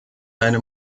deine